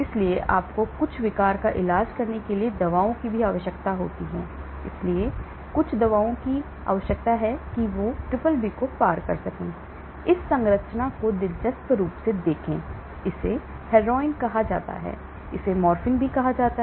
इसलिए आपको कुछ विकार का इलाज करने के लिए दवाओं की भी आवश्यकता होती है इसलिए आपको कुछ दवाओं की आवश्यकता होती है जो BBB को पार कर सकती हैं इस संरचना को दिलचस्प रूप से देखें इसे हेरोइन कहा जाता है इसे मॉर्फिन कहा जाता है